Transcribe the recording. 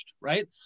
right